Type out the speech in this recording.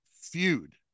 feud